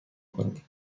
کنیم